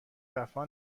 وفا